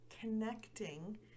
connecting